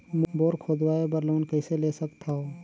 Bore खोदवाय बर loan कइसे ले सकथव?